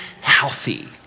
healthy